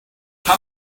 how